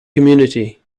community